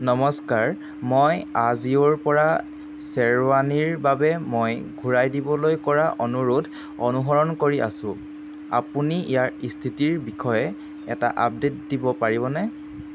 নমস্কাৰ মই আজিঅ'ৰ পৰা শ্বেৰৱানীৰ বাবে মই ঘূৰাই দিবলৈ কৰা অনুৰোধ অনুসৰণ কৰি আছোঁ আপুনি ইয়াৰ স্থিতিৰ বিষয়ে এটা আপডে'ট দিব পাৰিবনে